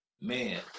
man